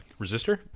resistor